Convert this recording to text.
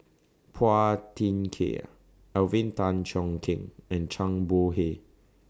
Phua Thin Kiay Alvin Tan Cheong Kheng and Zhang Bohe